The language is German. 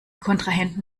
kontrahenten